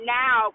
now